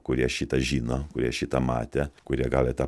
kurie šitą žino kurie šitą matę kurie gali tą